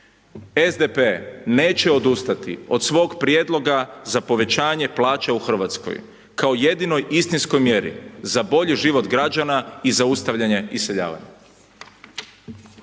SDP neće odustati od svog prijedloga za povećanje plaća u Hrvatskoj kao jedinoj istinskoj mjeri za bolji život građana i zaustavljanje iseljavanja.